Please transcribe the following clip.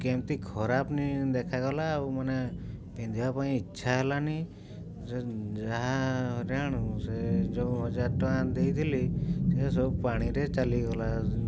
କେମିତି ଖରାପ ଦେଖାଗଲା ଆଉ ମାନେ ପିନ୍ଧିବା ପାଇଁ ଇଚ୍ଛା ହେଲାନି ଯାହା ସେ ଯୋଉ ହଜାରେ ଟଙ୍କା ଦେଇଥିଲି ସେ ସବୁ ପାଣିରେ ଚାଲିଗଲା